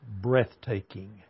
breathtaking